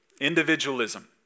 individualism